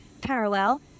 parallel